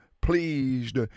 pleased